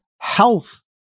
health